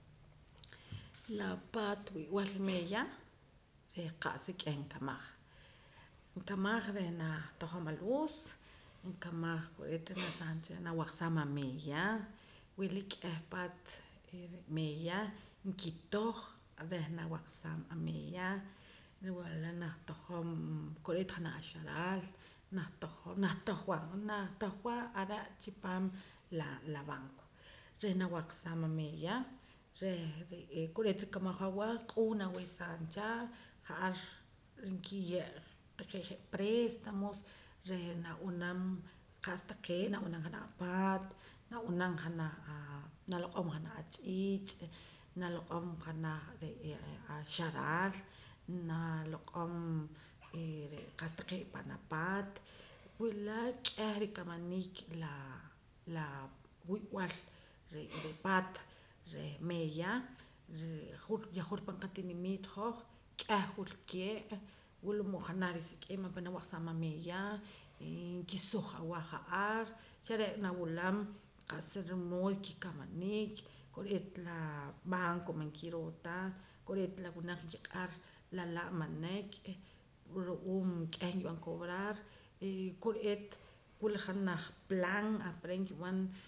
La paat wib'al meeya reh qa'sa k'eh naqmaj nkamaj reh nah tojom aluz nkamaj kore'eet reh nasaam nawaqsaam ameeya wila k'eh paat meeya nkitoj reh nawaqsaam ameeya wula reh naj tojom kore'eet janaj axaraal nah tojom nah tojwa naj tojwa are' chipaam laa la banco reh nawaqsaam ameeya reh re'ee kore'eet rikamaj aweh q'uun nawehsaam cha ja'ar nkiye' taqee' je' préstamos reh nab'anam qa'sa taqee' nab'anam janaj apaat nab'anam janaj aa naloq'om janaj ach'iich' naloq'om janaj re'ee axaraal naloq'om ee re' qa'sa taqee' pan apaat wula k'eh rikamaniik laa la wi'b'al re'paat reh meeya re' yahwur pan qatinimiit hoj k'eh wilkee' wulmood janaj risik'im apa' nawaqsaam ameeya ee nkisuj aweh ja'ar xa re' nawilam qa'sa rumood kikamaniik kore'eet la banco man kiroo ta kore'eet la wunaq nkiq'ar lalaa' manek' ru'uum k'eh nkib'an cobrar ee kore'eet wula janaj plan apare' nkib'an